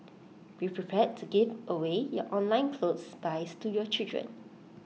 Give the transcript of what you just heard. be prepared to give away your online clothes buys to your children